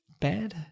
bad